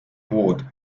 pood